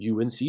UNC